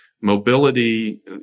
mobility